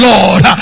Lord